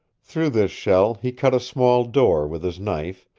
through this shell he cut a small door with his knife,